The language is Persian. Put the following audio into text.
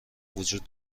وجود